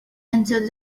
into